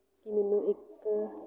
ਕਿ ਮੈਨੂੰ ਇੱਕ